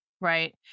Right